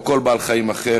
או כל בעל-חיים אחר,